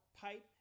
pipe